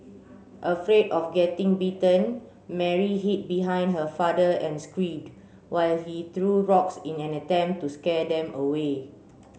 afraid of getting bitten Mary hid behind her father and screamed while he threw rocks in an attempt to scare them away